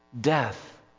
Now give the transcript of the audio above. death